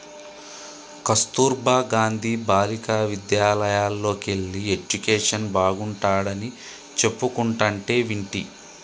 కస్తుర్బా గాంధీ బాలికా విద్యాలయల్లోకెల్లి ఎడ్యుకేషన్ బాగుంటాడని చెప్పుకుంటంటే వింటి